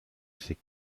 sait